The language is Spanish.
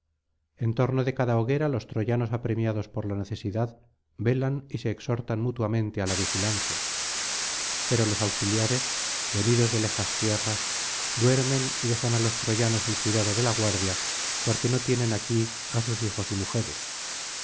en torno de cada hoguera los tróvanos apremiados por la necesidad velan y se exhortan mutuamente á la vigilancia pero los auxiliares venidos de lejas tierras duermen y dejan á los troyanos el cuidado de la guardia porque no tienen aquí á sus hijos y mujeres